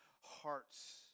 hearts